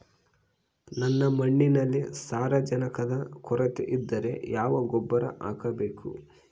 ನನ್ನ ಮಣ್ಣಿನಲ್ಲಿ ಸಾರಜನಕದ ಕೊರತೆ ಇದ್ದರೆ ಯಾವ ಗೊಬ್ಬರ ಹಾಕಬೇಕು?